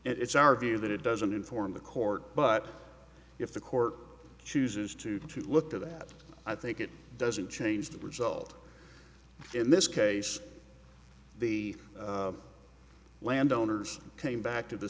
think it's our view that it doesn't inform the court but if the court chooses to to look to that i think it doesn't change the result in this case the landowners came back to the